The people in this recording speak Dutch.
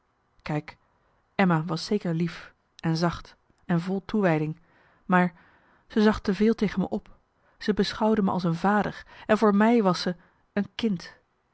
kijk emma was zeker lief en zacht en vol toewijding maar ze zag te veel tegen me op ze beschouwde me als een vader en voor mij was ze een kind